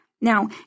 Now